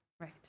Right